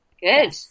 good